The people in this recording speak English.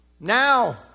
Now